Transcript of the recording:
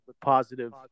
positive